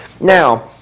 Now